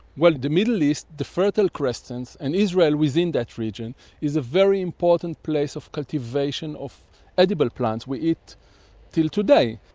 the middle east, the fertile crescent and israel, within that region is a very important place of cultivation of edible plants we eat till today.